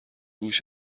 هوش